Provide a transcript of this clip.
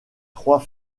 trois